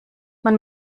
man